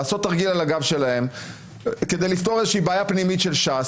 לעשות תרגיל על הגב שלהם כדי לפתור איזושהי בעיה פנימית של ש"ס.